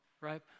right